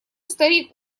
старик